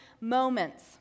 moments